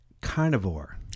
carnivore